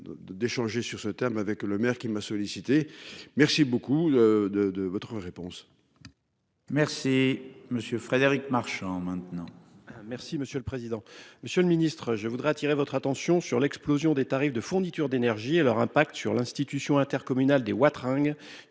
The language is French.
D'échanger sur ce thème avec le maire qui m'a sollicité. Merci beaucoup de votre réponse. Merci monsieur Frédéric Marchand maintenant. Si Monsieur le président, Monsieur le Ministre, je voudrais attirer votre attention sur l'explosion des tarifs de fourniture d'énergie et leur impact sur l'institution intercommunale D. Watrin.